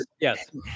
yes